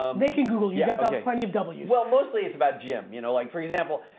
um they can google, you've got that plenty of double use. well, mostly it's about jim, you know like. for example,